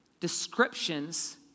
descriptions